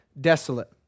desolate